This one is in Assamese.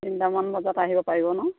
তিনিটামান বজাত আহিব পাৰিব ন